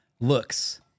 looks